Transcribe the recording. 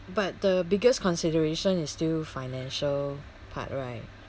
but the biggest consideration is still financial part right